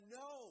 no